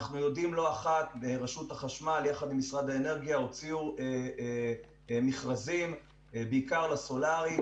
ברשות החשמל ומשרד האנרגיה הוציאו מכרזים בעיקר לסולארי,